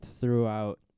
throughout